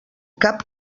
cap